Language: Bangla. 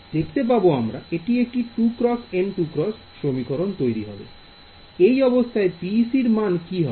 2N X 2N হবে এই অবস্থা PEC র মান কি হবে